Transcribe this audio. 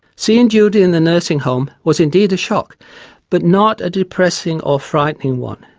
seeing judy in the nursing home was indeed a shock but not a depressing or frightening one.